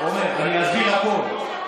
עמר, אני אסביר הכול.